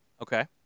okay